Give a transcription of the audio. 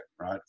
right